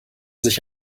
sich